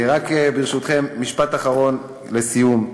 רק, ברשותכם, משפט אחרון לסיום.